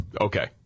Okay